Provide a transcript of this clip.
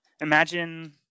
imagine